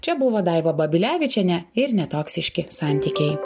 čia buvo daiva babilevičienė ir netoksiški santykiai